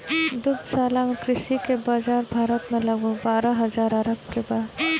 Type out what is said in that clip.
दुग्धशाला कृषि के बाजार भारत में लगभग बारह हजार अरब के बा